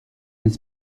n’est